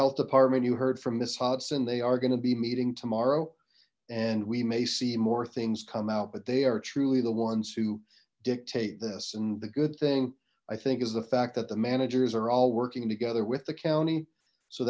health department you heard from miss hudson they are going to be meeting tomorrow and we may see more things come out but they are truly the ones who dictate this and the good thing i think is the fact that the managers are all working together with the county so